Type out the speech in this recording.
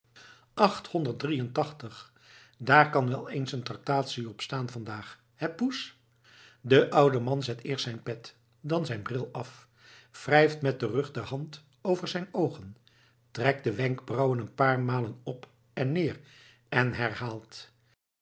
achthonderd drieëntachtig daar kan wel eens een traktatie op staan vandaag hé poes de oude man zet eerst zijn pet dan zijn bril af wrijft met den rug der hand over zijn oogen trekt de wenkbrauwen een paar malen op en neer en herhaalt